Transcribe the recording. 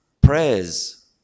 prayers